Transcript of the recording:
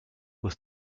with